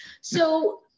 So-